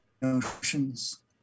notions